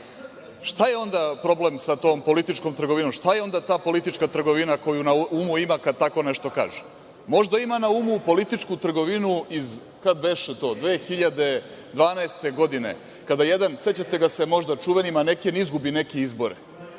Šta je onda problem sa tom političkom trgovinom, šta je onda politička trgovina koju na umu ima kad tako nešto kaže? Možda ima na umu političku trgovinu iz, kad beše to 2012. godine, kada jedan, sećate ga se možda čuveni maneken izgubi neke izbore,